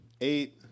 Eight